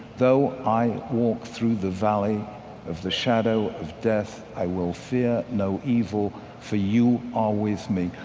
though i walk through the valley of the shadow of death, i will fear no evil, for you are with me.